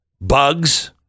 bugs